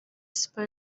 super